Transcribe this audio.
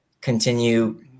continue